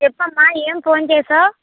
చెప్పమ్మా ఏం ఫోన్ చేసావు